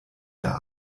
der